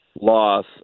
loss